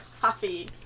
Coffee